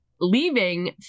Leaving